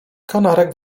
kanarek